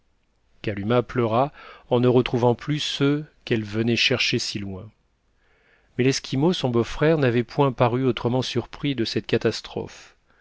kalumah pleura en ne retrouvant plus ceux qu'elle venait chercher si loin mais l'esquimau son beau-frère n'avait point paru autrement surpris de cette catastrophe